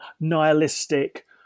nihilistic